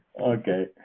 Okay